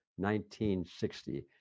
1960